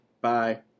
Bye